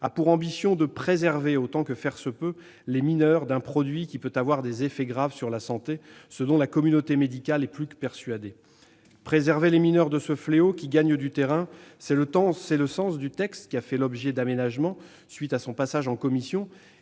a pour ambition de préserver autant que faire se peut les mineurs d'un produit pouvant avoir des effets graves sur la santé, ce dont la communauté médicale est plus que persuadée. Préserver les mineurs d'un tel fléau, qui gagne du terrain, c'est le sens du texte. Il a fait l'objet d'aménagements à la suite de son passage en commission.